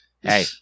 Hey